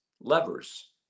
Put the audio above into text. levers